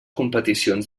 competicions